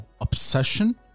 obsession